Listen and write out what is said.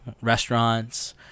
restaurants